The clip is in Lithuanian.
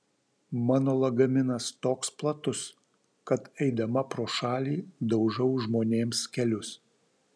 mano lagaminas toks platus kad eidama pro šalį daužau žmonėms kelius